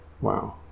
wow